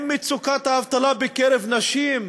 עם מצוקת האבטלה בקרב נשים,